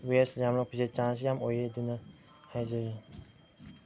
west ꯌꯥꯝꯂꯛꯄꯁꯦ chances ꯌꯥꯝ ꯑꯣꯏꯌꯦ ꯑꯗꯨꯅ ꯍꯥꯏꯖꯔꯤ